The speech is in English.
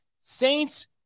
Saints